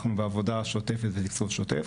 ואנחנו בעבודה שותפת ב- -- שותף,